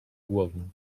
głową